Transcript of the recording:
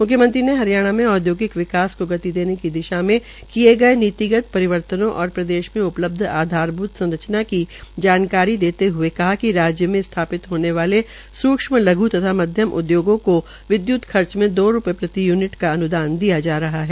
मुख्यमंत्री ने हरियाणा में औदयोगिक विकास को गति देने की दिशा में किये गये नीतिगत परिवर्तन और प्रदेश में उपलक्ष्य आधारभूत संरचना की जानकारी देते हए बतायाकि राज्य में स्थापित होने वाले सूक्ष्म लघ् तथा मध्यम उद्योगों को विद्युत खर्च मे दो रूपये प्रति यूनिट का अन्दान दिया जा रहा है